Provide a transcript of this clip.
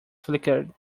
flickered